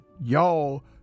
y'all